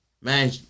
man